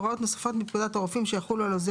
הוראות נוספות מפקודת הרופאים שיחולו על עוזר